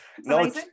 no